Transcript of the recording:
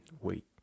wait